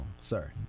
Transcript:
sir